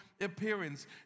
appearance